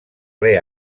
ple